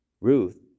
Ruth